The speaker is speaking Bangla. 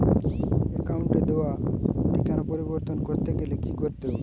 অ্যাকাউন্টে দেওয়া ঠিকানা পরিবর্তন করতে গেলে কি করতে হবে?